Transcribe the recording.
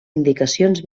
indicacions